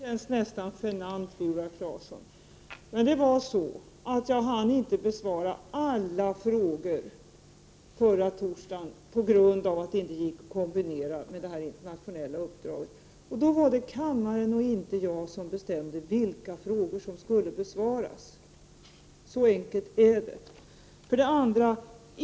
Fru talman! Det känns nästan genant, Viola Claesson. Jag hann inte besvara alla frågor förra torsdagen på grund av att det inte gick att kombinera med det internationella uppdraget. Det var kammarkansliet, inte jag, som bestämde vilka frågor som skulle besvaras. Så enkelt är det.